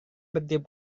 bertiup